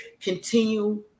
continue